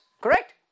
correct